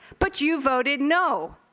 but you voted no.